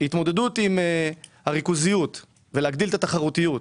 התמודדות עם הריכוזיות ולהגדיל את התחרותיות,